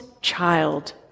child